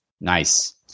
Nice